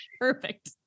Perfect